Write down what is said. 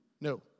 No